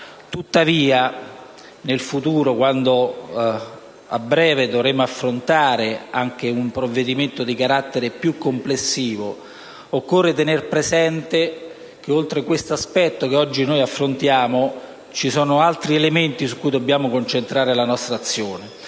Tuttavia, nel futuro, quando a breve dovremo affrontare un provvedimento di carattere più complessivo, occorre tener presente che, oltre a questo aspetto che oggi stiamo affrontando, ci sono altri elementi su cui dobbiamo concentrare la nostra azione.